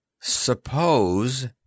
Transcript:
Suppose